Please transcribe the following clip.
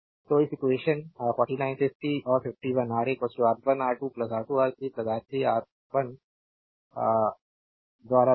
तो उस इक्वेशन 49 50 और 51 Ra R1R2 R2R3 R3 1 R1 द्वारा देखो